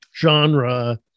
Genre